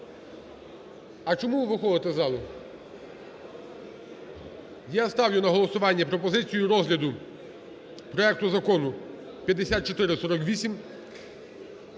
а чому ви виходите з залу? Я ставлю на голосування пропозицію розгляду проект Закону 5448